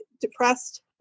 depressed